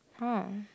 oh